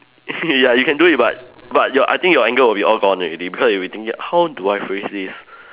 ya you can do it but but you I think your English will be all gone already because you'll be thinking how do I phrase this